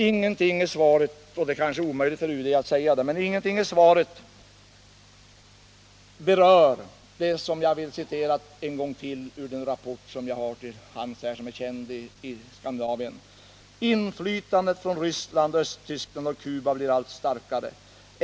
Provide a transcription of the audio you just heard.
Ingenting i svaret berör — och det är kanske omöjligt för UD att göra det — vad jag citerade ur en rapport som är känd i Skandinavien. Det heter där: ”Inflytandet ifrån Ryssland, Östtyskland och Cuba blir allt starkare.